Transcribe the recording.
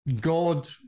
God